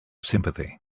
sympathy